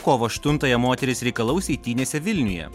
kovo aštuntąją moterys reikalaus eitynėse vilniuje